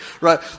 Right